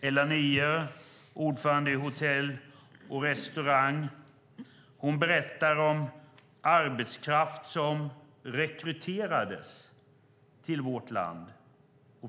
Ella Niia, ordförande i Hotell och restaurang berättar om arbetskraft som rekryterades i vårt land.